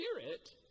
Spirit